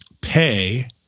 pay